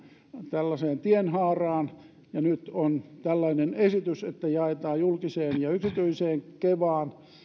tällaiseen tienhaaraan ja nyt on tällainen esitys että jaetaan julkiseen ja yksityiseen kevaan